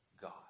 God